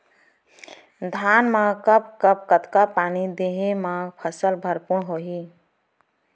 धान मा कब कब कतका पानी देहे मा फसल भरपूर होही?